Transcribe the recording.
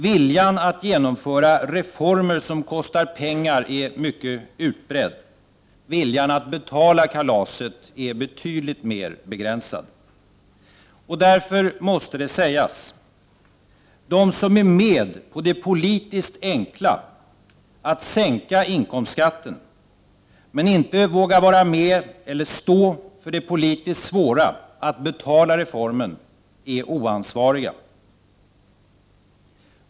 Viljan att genomföra reformer som kostar pengar är mycket utbredd — viljan att betala kalaset är betydligt mer begränsad. Därför måste det sägas: De som är med på det politiskt enkla, att sänka inkomstskatten, men inte vågar vara med eller stå för det politiskt svåra, att betala reformen, är oansvariga.